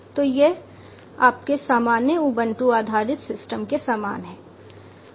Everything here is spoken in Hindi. तो यह आपके सामान्य उबंटू आधारित सिस्टम के समान है